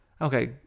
okay